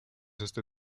este